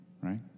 right